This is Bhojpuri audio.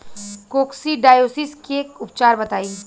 कोक्सीडायोसिस के उपचार बताई?